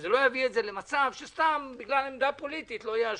שזה לא יביא את זה למצב שסתם בגלל עמדה פוליטית לא יאשרו.